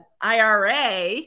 IRA